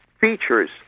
features